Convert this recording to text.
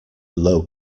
low